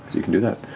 you can do that.